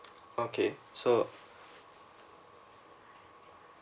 okay so